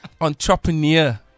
entrepreneur